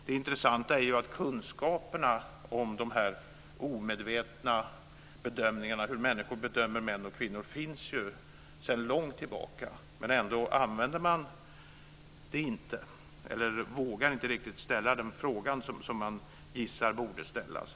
Det intressanta är att kunskaperna om människors omedvetna bedömningar män och kvinnor finns sedan lång tid tillbaka. Ändå använder man dem inte, eller vågar inte riktigt ställa den fråga som man gissar borde ställas.